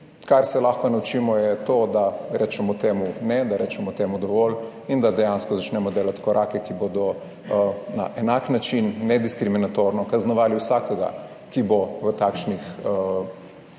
Kar se lahko naučimo je to, da rečemo temu ne, da rečemo temu dovolj, in da dejansko začnemo delati korake, ki bodo na enak način ne diskriminatorno kaznovali vsakega, ki bo v takšnih,